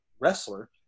wrestler